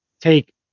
take